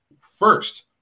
first